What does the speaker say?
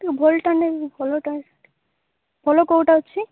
ଭଲଟା ନେବି ଭଲଟା ଭଲ କେଉଁଟା ଅଛି